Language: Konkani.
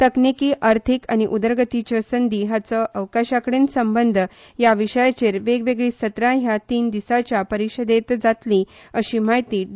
तकनीकी अर्थिक आनी उदरगतीच्यो संधी हाचो अवकाशाकडेन संबंध ह्या विशयाचेर वेगवेगळी सत्रा ह्या तीन दिसांच्या परिशदेंत जातली अशी म्हायती डी